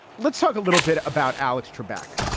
let's talk a little bit about alex trebek.